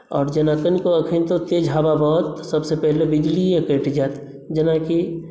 आओर जेना कनिको अखनतो तेज हवा बहत तऽ सबसऽ पहिले बिजलीये कटि जायत जेनाकि